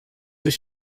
ich